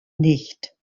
nicht